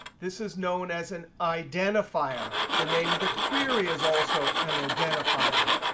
this is known as an identifier. the name of the query is also an identifier.